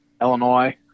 Illinois